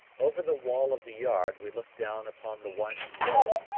over the wall of the yard we looked down upon the winding road,